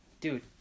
Dude